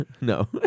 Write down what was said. No